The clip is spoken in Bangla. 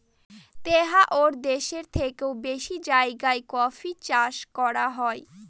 তেহাত্তর দেশের থেকেও বেশি জায়গায় কফি চাষ করা হয়